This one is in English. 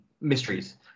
mysteries